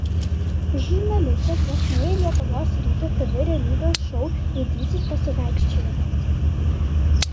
žurnalistas ves naują lietuvos ryto tv realybės šou didysis pasivaikščiojimas